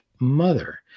mother